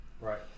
Right